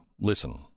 Listen